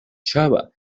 java